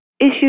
Issues